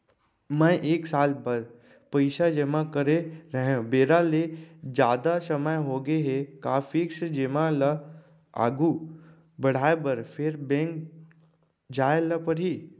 मैं एक साल बर पइसा जेमा करे रहेंव, बेरा ले जादा समय होगे हे का फिक्स जेमा ल आगू बढ़ाये बर फेर बैंक जाय ल परहि?